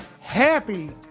happy